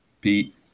Pete